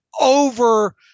over